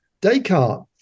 Descartes